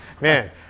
Man